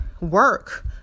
work